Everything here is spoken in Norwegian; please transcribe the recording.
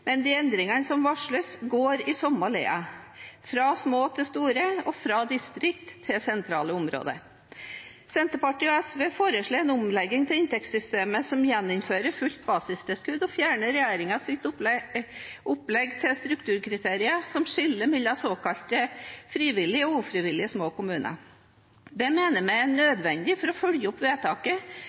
men de endringene som varsles, går i samme lei, fra små til store og fra distrikt til sentrale områder. Senterpartiet og SV foreslår en omlegging av inntektssystemet som gjeninnfører fullt basistilskudd og fjerner regjeringens opplegg til strukturkriterier som skiller mellom såkalte frivillige og ufrivillige små kommuner. Det mener vi er nødvendig for å følge opp vedtaket